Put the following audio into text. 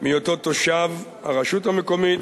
מהיותו תושב הרשות המקומית,